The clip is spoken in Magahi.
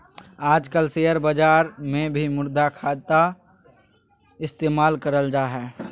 आजकल शेयर बाजार मे भी मुद्रा बाजार खाता इस्तेमाल करल जा हय